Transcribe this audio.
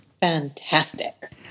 Fantastic